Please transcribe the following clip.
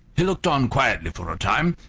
he looked on quietly for a time,